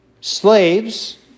slaves